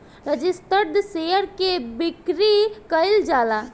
registered share के बिक्री कईल जाला